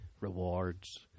rewards